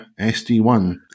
sd1